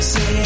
Say